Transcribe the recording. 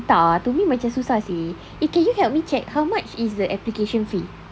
entah to me macam susah seh eh can you help me check how much is the application fee